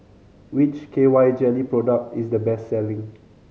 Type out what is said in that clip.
which K Y Jelly product is the best selling